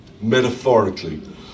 metaphorically